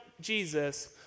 Jesus